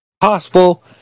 possible